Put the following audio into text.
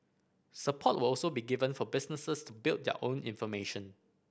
support will also be given for businesses to build their own information